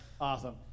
Awesome